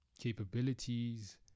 capabilities